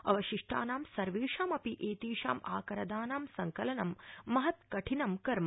अवशिष्टानां सर्वेषामपि एतेषाम् आकरदानाम् संकलनं महत्कठिन कर्म